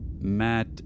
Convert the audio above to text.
Matt